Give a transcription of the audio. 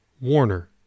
Warner